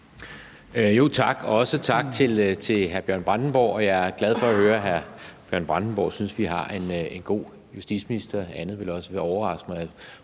(V): Tak. Også tak til hr. Bjørn Brandenborg. Jeg er glad for at høre, at hr. Bjørn Brandenborg synes, at vi har en god justitsminister – andet ville også være overraskende.